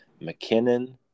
McKinnon